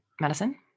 Madison